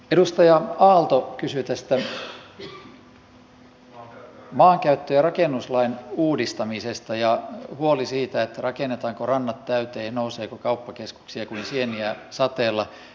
edustaja aalto kysyi tästä maankäyttö ja rakennuslain uudistamisesta ja huolehti siitä rakennetaanko rannat täyteen nouseeko kauppakeskuksia kuin sieniä sateella